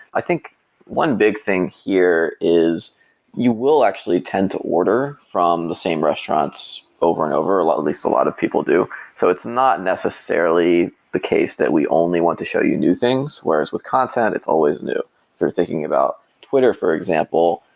i think one big thing here is you will actually tend to order from the same restaurants over and over, at least a lot of people do. so it's not necessarily the case that we only want to show you new things, whereas with content it's always new if you're thinking about twitter for example,